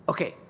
Okay